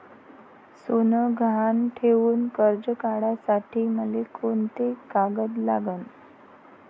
सोनं गहान ठेऊन कर्ज काढासाठी मले कोंते कागद लागन?